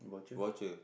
watcher